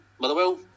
Motherwell